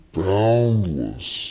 boundless